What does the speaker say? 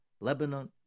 Lebanon